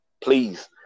Please